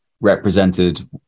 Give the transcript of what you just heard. represented